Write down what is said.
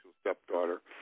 stepdaughter